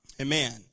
Amen